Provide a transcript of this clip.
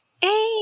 Hey